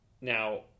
Now